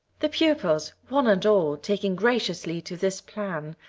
the pupils one and all taking graciously to this plan,